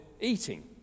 eating